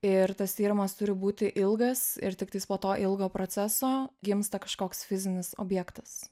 ir tas tyrimas turi būti ilgas ir tiktai po to ilgo proceso gimsta kažkoks fizinis objektas